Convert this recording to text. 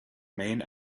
main